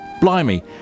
blimey